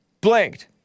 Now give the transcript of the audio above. blanked